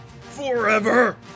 forever